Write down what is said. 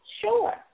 Sure